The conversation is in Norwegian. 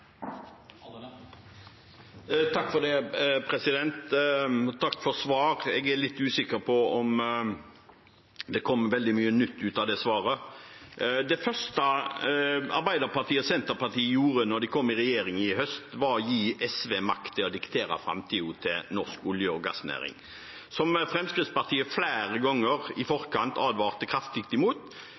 for svaret, men jeg er litt usikker på om det kom veldig mye nytt ut av det. Det første Arbeiderpartiet og Senterpartiet gjorde da de kom i regjering i høst, var å gi SV makt til å diktere framtiden til norsk olje- og gassnæring, som Fremskrittspartiet flere ganger i forkant advarte kraftig